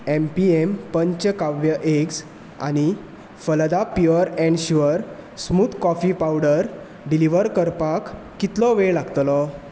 M P M Panchakavya eggs आनी Phalada pure and sure smooth coffee powder deliver करपाक कितलो वेळ लागतलो